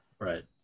Right